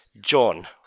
John